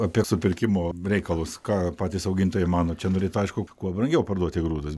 apie supirkimo reikalus ką patys augintojai mano čia norėtų aišku kuo brangiau parduoti grūdus